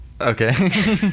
Okay